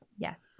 Yes